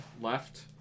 left